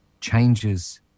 changes